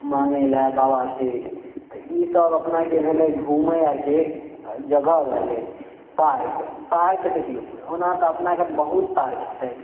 माँगय लए बाबासँ तऽ ईसब अपनाके भेलय घूमय अरके जगह भेलय पार्क पार्क देखियौ ओना तऽ अपना कन बहुत पार्क छै